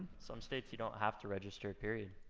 some states, you don't have to register, period.